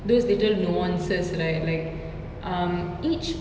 those little nuances right like um each